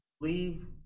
leave